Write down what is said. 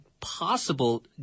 possible